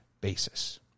basis